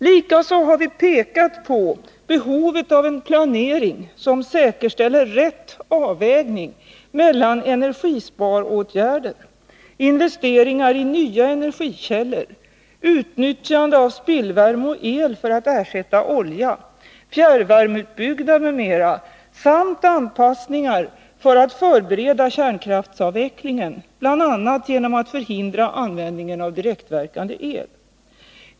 Likaså har vi pekat på behovet av en planering som säkerställer rätt avvägning mellan energisparåtgärder, investeringar i nya energikällor, utnyttjande av spillvärme och el för att ersätta olja, fjärrvärmeutbyggnad m.m. samt anpassningar för att förbereda kärnkraftsavvecklingen, bl.a. genom att förhindra användningen av direktverkande el.